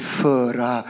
föra